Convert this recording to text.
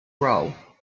row